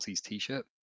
t-shirt